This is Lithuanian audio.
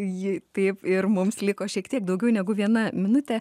ji taip ir mums liko šiek tiek daugiau negu viena minutė